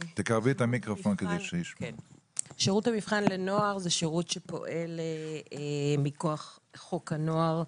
שירות המבחן לנוער זה שירות שפועל מכוח חוק הנוער,